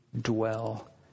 dwell